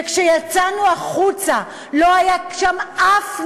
וכשיצאנו החוצה לא היה שם אף נציג?